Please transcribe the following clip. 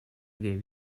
gave